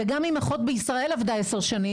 וגם אם אחות בישראל עבדה עשר שנים,